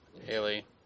Haley